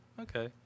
Okay